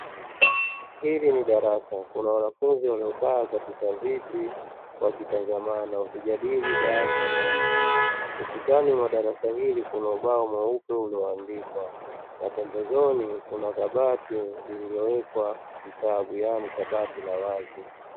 Hili ni darasa, kuna wanafunzi waliokaa katika viti wakitazamana wakijadili baadhi ya mambo. Ukutani mwa darasa hili kuna ubao mweupe ulioandikwa na pembezoni kuna kabati zilizowekwa vitabu yaani kabati la wazi.